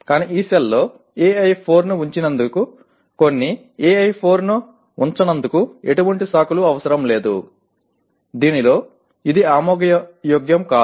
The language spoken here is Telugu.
కానీ ఈ సెల్లో AI4 ను ఉంచినందుకు కొన్ని AI4 ను ఉంచనందుకు ఎటువంటి సాకులు అవసరం లేదు దీనిలో ఇది ఆమోదయోగ్యం కాదు